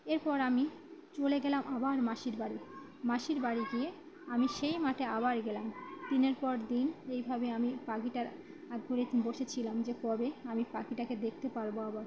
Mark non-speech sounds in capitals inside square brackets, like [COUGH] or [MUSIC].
এর পর আমি চলে গেলাম আবার মাসির বাড়ি মাসির বাড়ি গিয়ে আমি সেই মাঠে আবার গেলাম দিনের পর দিন এইভাবে আমি পাখিটার [UNINTELLIGIBLE] বসেছিলাম যে কবে আমি পাখিটাকে দেখতে পারব আবার